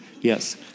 Yes